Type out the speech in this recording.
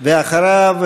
ואחריו,